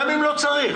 גם אם לא צריך.